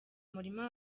murima